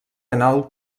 anal